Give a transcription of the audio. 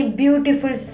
beautiful